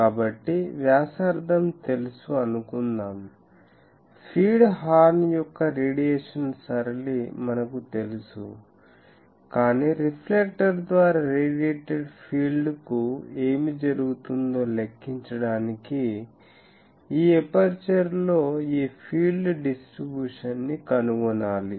కాబట్టి వ్యాసార్థం తెలుసు అనుకుందాం ఫీడ్ హార్న్ యొక్క రేడియేషన్ సరళి మనకు తెలుసు కాని రిఫ్లెక్టర్ ద్వారా రేడియేటెడ్ ఫీల్డ్కు ఏమి జరుగుతుందో లెక్కించడానికి ఈ ఎపర్చరులో ఈ ఫీల్డ్ డిస్ట్రిబ్యూషన్ని కనుగొనాలి